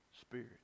Spirit